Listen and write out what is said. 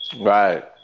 Right